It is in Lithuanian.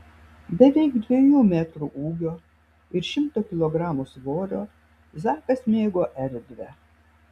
beveik dviejų metrų ūgio ir šimto kilogramų svorio zakas mėgo erdvę